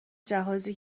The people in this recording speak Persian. جهازی